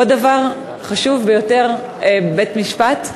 עוד דבר חשוב ביותר, בית-משפט,